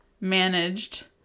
managed